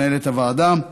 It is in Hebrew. מנהלת הוועדה.